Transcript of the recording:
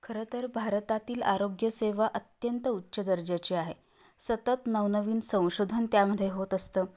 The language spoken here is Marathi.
खरंतर भारतातील आरोग्यसेवा अत्यंत उच्च दर्जाची आहे सतत नवनवीन संशोधन त्यामध्ये होत असतं